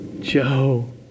Joe